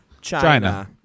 China